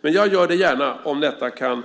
Men jag gör det gärna om detta kan